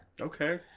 Okay